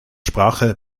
sprache